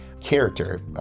character